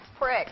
Prick